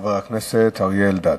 חבר הכנסת אריה אלדד,